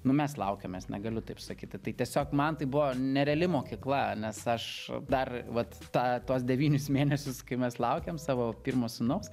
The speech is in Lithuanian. nu mes laukiamės negaliu taip sakyti tai tiesiog man tai buvo nereali mokykla nes aš dar vat tą tuos devynis mėnesius kai mes laukėm savo pirmo sūnaus